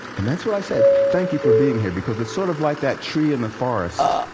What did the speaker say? and that's why i said, thank you for being here. because it's sort of like that tree in the forest